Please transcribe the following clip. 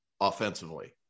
offensively